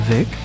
Vic